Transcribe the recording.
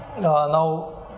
now